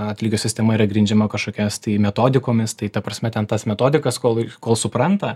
atlygio sistema yra grindžiama kažkokias tai metodikomis tai ta prasme ten tas metodikas kol kol supranta